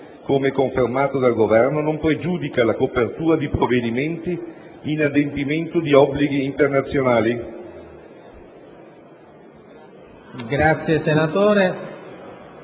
come confermato dal Governo, non pregiudica la copertura di provvedimenti in adempimento di obblighi internazionali».